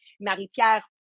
Marie-Pierre